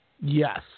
Yes